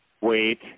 Wait